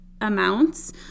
amounts